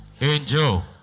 angel